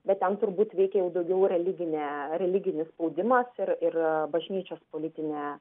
bet ten turbūt veikė jau daugiau religinė religinis spaudimas ir ir bažnyčios politinė